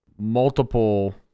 multiple